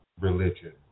religion